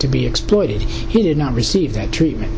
o be exploited he did not receive that treatment